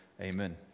Amen